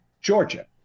Georgia